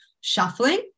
shuffling